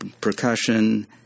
percussion